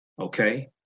okay